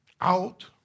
out